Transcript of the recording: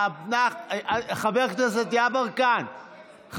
חבר הכנסת יברקן,